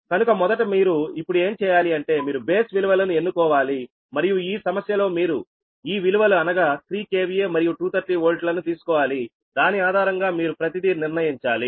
కనుక మొదట మీరు ఇప్పుడు ఏం చేయాలి అంటే మీరు బేస్ విలువలను ఎన్నుకోవాలి మరియు ఈ సమస్య లో మీరు ఈ విలువలు అనగా 3 KVA మరియు 230 Volt లను తీసుకోవాలిదాని ఆధారంగా మీరు ప్రతిదీ నిర్ణయించాలి